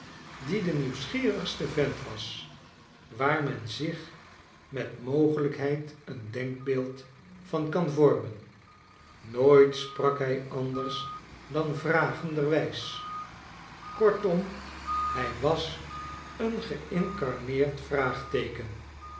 die de nieuwsgierigste vent was waar men zich met mogelijkheid een denkbeeld van kan vormen nooit sprak h anders dan vragenderwijs kortom hij was een geincarneerd vraagteeken